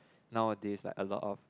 nowadays like a lot of